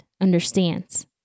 understands